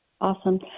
Awesome